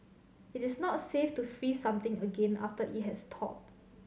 it is not safe to freeze something again after it has thawed